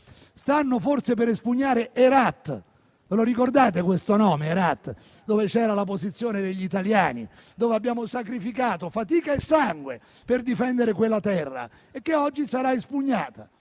Stanno forse per espugnare Herat: ve lo ricordate questo nome, Herat? Vi era una posizione degli italiani. Abbiamo sacrificato fatica e sangue per difendere quella terra, che oggi sarà espugnata.